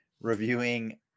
reviewing